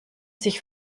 sich